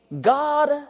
God